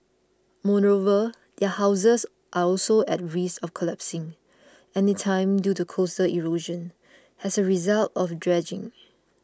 moreover their houses are also at risk of collapsing anytime due to coastal erosion as a result of dredging